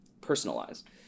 personalized